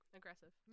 Aggressive